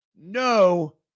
No